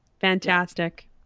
Fantastic